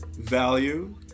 value